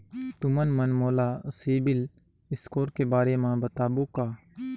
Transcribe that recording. तुमन मन मोला सीबिल स्कोर के बारे म बताबो का?